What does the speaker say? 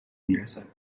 میرسد